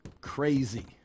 crazy